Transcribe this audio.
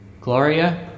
Gloria